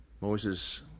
Moses